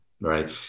Right